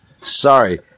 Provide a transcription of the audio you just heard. Sorry